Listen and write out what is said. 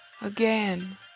again